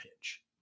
pitch